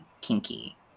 kinky